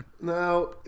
Now